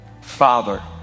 Father